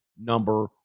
number